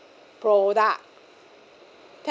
product